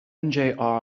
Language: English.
mjr